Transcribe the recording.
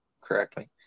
correctly